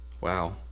wow